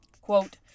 Quote